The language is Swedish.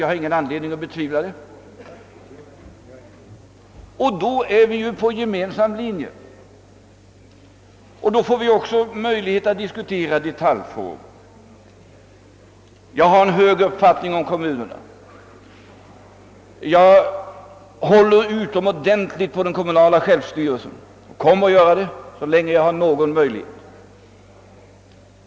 Jag har ingen anledning att betvivla det. Då är vi ju på en gemensam linje, och då får vi också möjlighet att diskutera detaljfrågor. Jag har en hög uppfattning om kommunerna. Jag håller utomordentligt på den kommunala självstyrelsen. Jag kommer att göra det så länge jag har någon möjlighet därtill.